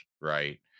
right